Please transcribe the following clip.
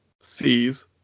sees